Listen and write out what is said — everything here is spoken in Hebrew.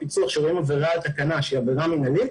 עבירה על תקנה שהיא עבירה מינהלית